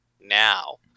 now